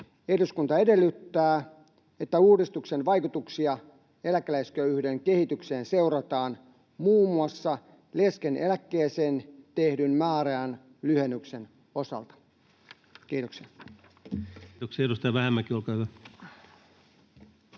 ”Eduskunta edellyttää, että uudistuksen vaikutuksia eläkeläisköyhyyden kehitykseen seurataan muun muassa leskeneläkkeeseen tehdyn määräajan lyhennyksen osalta.” — Kiitoksia. [Speech